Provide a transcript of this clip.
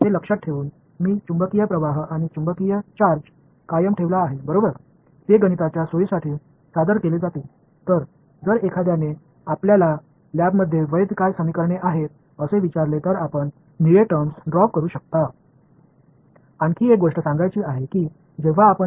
காந்த மின்னோட்டத்தையும் காந்தக் சார்ஜையும் நான் தக்க வைத்துக் கொண்டேன் அவை பிஸிக்கல் குவான்டிடிஸ் இல்லை என்பதை நினைவில் வைத்துக் கொள்ளுங்கள் அவை கணித வசதிக்காக அறிமுகப்படுத்தப்படும் எனவே ஆய்வகத்தில் செல்லுபடியாகும் சமன்பாடுகள் என்ன என்று யாராவது உங்களிடம் கேட்டால் நீங்கள் நீல வெளிப்பாடுகளை சொல்வீர்கள்